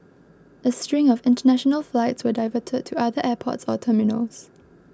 a string of international flights were diverted to other airports or terminals